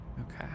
Okay